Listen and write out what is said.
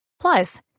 Plus